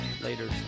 Later